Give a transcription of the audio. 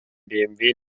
bmw